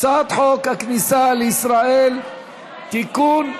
הצעת חוק הכניסה לישראל (תיקון,